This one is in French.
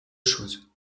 chose